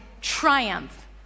triumph